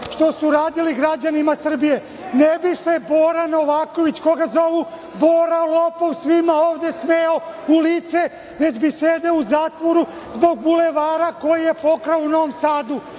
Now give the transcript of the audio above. što su radili građanima Srbije. Ne bi se Bora Novaković, koga zovu „Bora lopov,“ svima ovde smejao u lice, već bi sedeo u zatvoru zbog Bulevara koji je pokrao u Novom Sadu.